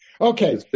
Okay